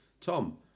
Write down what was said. Tom